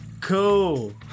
Cool